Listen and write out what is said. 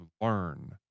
learn